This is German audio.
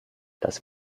das